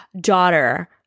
daughter